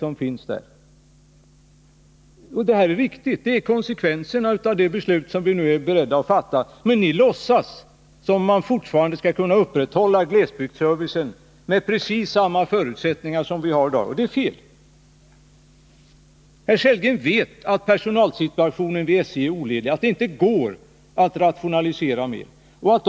Och det är riktigt — det är konsekvensen av det beslut som ni nu är beredda att fatta, men ni låtsas som om man fortfarande skall kunna upprätthålla glesbygdsservicen med samma förutsättningar som vi har i dag, och det är fel. Herr Sellgren vet att personalsituationen vid SJ är olidlig, att det inte går att rationalisera särskilt mycket mer.